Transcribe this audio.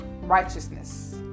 righteousness